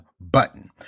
button